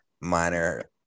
minor